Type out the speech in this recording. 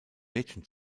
mädchen